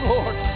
Lord